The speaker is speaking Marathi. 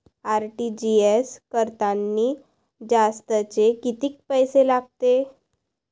आर.टी.जी.एस करतांनी जास्तचे कितीक पैसे लागते?